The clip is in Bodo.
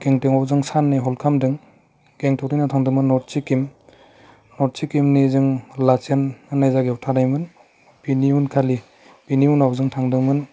गेंटकआव जों सानै हल्ड खालामदों गेंटकनि उनाव थांदोंमोन नर्त सिकिम नर्त सिक्कमनि जों लालसेन होनाय जायगायाव थानायमोन बिनि उन खालि बेनि उनाव जों थांदोंमोन